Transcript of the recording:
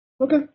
Okay